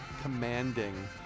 commanding